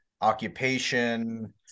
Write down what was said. occupation